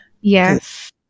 yes